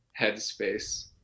headspace